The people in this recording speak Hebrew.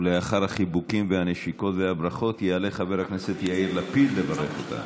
לאחר החיבוקים והנשיקות והברכות יעלה חבר הכנסת יאיר לפיד לברך אותה.